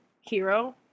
hero